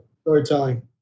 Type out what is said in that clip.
storytelling